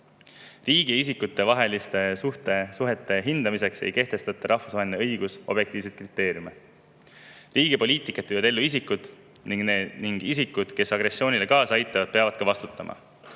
Riigi ja isikute vaheliste suhete hindamiseks ei kehtesta rahvusvaheline õigus objektiivseid kriteeriume. Riigi poliitikat viivad ellu isikud ning isikud, kes agressioonile kaasa aitavad, peavad vastutama.